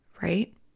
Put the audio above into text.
right